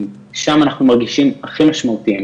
שם אנחנו מרגישים הכי משמעותיים,